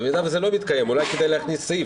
במידה שזה לא מתקיים אולי כדאי להכניס סעיף,